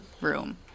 room